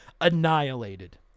annihilated